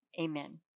Amen